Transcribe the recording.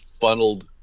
funneled